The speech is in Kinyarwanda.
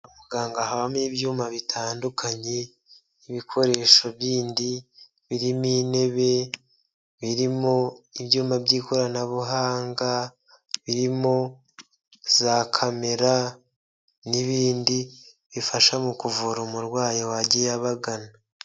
Kwa muganga habamo ibyuma bitandukanye, ibikoresho bindi birimo intebe, birimo ibyumba by'ikoranabuhanga, birimo za kamera n'ibindi bifasha mu kuvura umurwayi wagiye abagana.